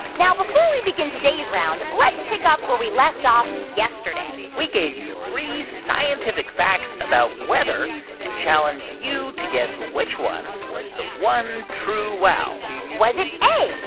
now, before we begin today's round, let's pick up where we left off yesterday we gave you three scientific facts about weather and challenged you to guess which one was the one true wow was it a,